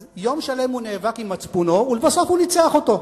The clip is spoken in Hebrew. אז יום שלם הוא נאבק עם מצפונו ולבסוף הוא ניצח אותו.